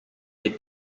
les